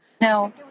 now